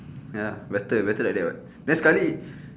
ya better better like that [what] then sekali